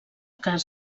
cas